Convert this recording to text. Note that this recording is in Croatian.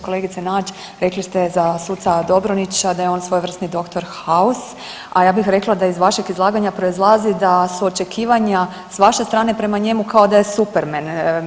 Kolegice Nađ, rekli ste za suca Dobronića da je on svojevrsni dr. House, a ja bih rekla da iz vašeg izlaganja proizlazi da se očekivanja s vaše strane prema njemu kao da je Superman.